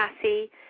Cassie